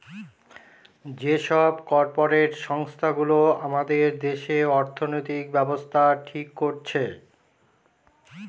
যে সব কর্পরেট সংস্থা গুলো আমাদের দেশে অর্থনৈতিক ব্যাবস্থা ঠিক করছে